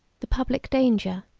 the public danger,